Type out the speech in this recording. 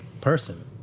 person